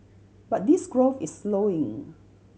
but this growth is slowing